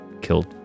killed